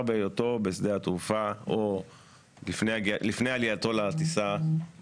בהיותו בשדה התעופה או לפני עלייתו לטיסה